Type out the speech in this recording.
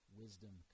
wisdom